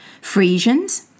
Frisians